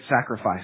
sacrifice